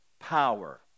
power